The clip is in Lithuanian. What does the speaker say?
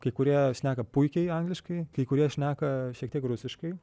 kai kurie šneka puikiai angliškai kai kurie šneka šiek tiek rusiškai